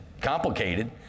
complicated